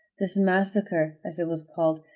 this massacre, as it was called,